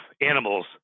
animals